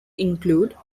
include